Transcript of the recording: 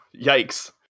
yikes